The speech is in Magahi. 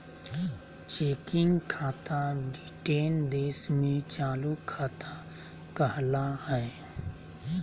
चेकिंग खाता ब्रिटेन देश में चालू खाता कहला हय